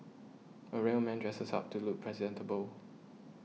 a real man dresses up to look presentable